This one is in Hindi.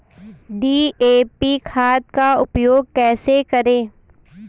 डी.ए.पी खाद का उपयोग कैसे करें?